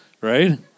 Right